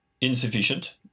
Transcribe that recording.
insufficient